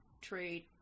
trade